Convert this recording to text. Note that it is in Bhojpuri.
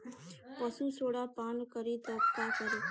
पशु सोडा पान करी त का करी?